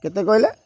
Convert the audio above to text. କେତେ କହିଲେ